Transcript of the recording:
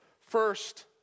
First